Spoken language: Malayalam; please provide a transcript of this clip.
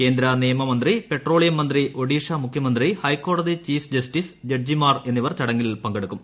കേന്ദ്ര നിയമ മന്ത്രി പെട്രോളിയം മന്ത്രി ഒഡിഷ മുഖ്യമന്ത്രി ഹൈക്കോടതി ചീഫ് ജസ്റ്റിസ് ജഡ്ജിമാർ എന്നിവർ ചടങ്ങിൽ പങ്കെടുക്കും